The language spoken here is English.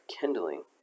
kindling